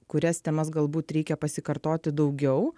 kurias temas galbūt reikia pasikartoti daugiau